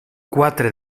quatre